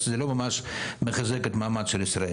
אז זה לא ממש מחזק את המעמד של ישראל.